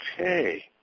Okay